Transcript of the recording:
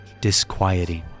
disquieting